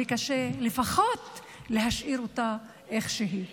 וקשה, לפחות להשאיר אותה איך שהיא.